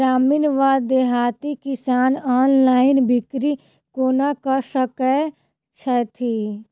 ग्रामीण वा देहाती किसान ऑनलाइन बिक्री कोना कऽ सकै छैथि?